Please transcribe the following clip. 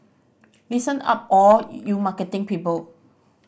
listen up all you marketing people